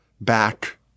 back